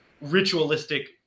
ritualistic